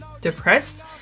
depressed